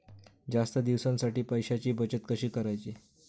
जास्त दिवसांसाठी पैशांची बचत कशी करायची?